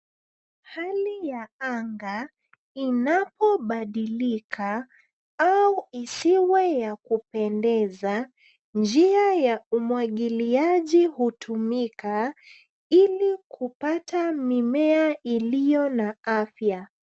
Hali ya anga inapobadilika au isiwe ya kupendeza, njia ya umwagiliaji hutumika ili kupata mimea iliyo na afya.